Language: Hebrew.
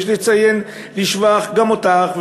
ויש לציין לשבח גם אותך,